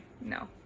No